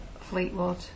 Fleetwood